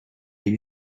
you